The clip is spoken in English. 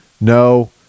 No